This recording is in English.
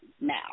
now